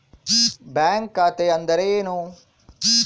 Bank ಖಾತೆ ಅಂದರೆ ಏನು?